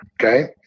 okay